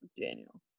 Daniel